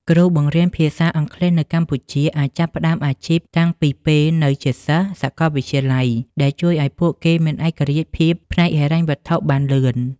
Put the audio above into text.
គ្រូបង្រៀនភាសាអង់គ្លេសនៅកម្ពុជាអាចចាប់ផ្តើមអាជីពតាំងពីពេលនៅជាសិស្សសាកលវិទ្យាល័យ ដែលជួយឱ្យពួកគេមានឯករាជ្យភាពផ្នែកហិរញ្ញវត្ថុបានលឿន។